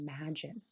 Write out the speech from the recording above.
imagine